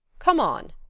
come on,